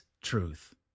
truth